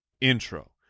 intro